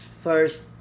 first